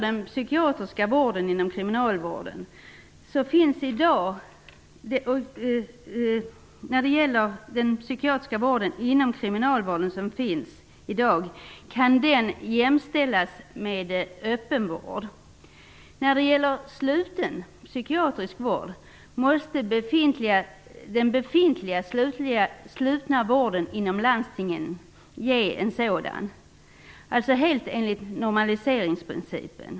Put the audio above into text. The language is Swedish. Den psykiatriska vård som i dag finns inom kriminalvården kan jämställas med öppenvård. När det gäller sluten psykiatrisk vård måste den befintliga slutna vården inom landstingen ge en sådan, alltså helt enligt normaliseringsprincipen.